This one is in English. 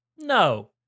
No